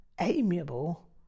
amiable